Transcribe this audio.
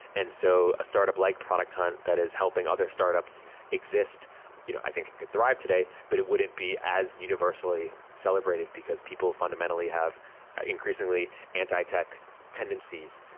and so a startup like product hunt that is helping other startups exist you know i think could thrive today, but it wouldn't be as universally celebrated, because people fundamentally have increasingly anti tech tendencies.